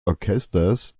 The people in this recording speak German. orchesters